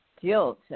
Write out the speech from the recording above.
guilt